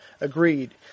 agreed